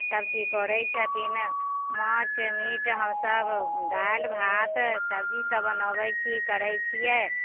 सभचीज करै छथिन माछ मीट हमसभ दालि भात सब्जी सभ बनोबै छी करै छियै